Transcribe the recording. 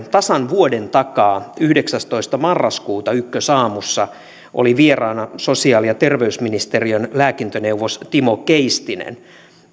tasan vuoden takaa kun yhdeksästoista marraskuuta ykkösaamussa oli vieraana sosiaali ja terveysministeriön lääkintöneuvos timo keistinen